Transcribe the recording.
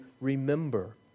remember